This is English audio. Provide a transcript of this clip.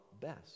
best